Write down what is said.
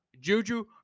Juju